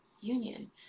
union